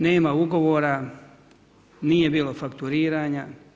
Nema ugovora, nije bilo fakturiranja.